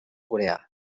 coreà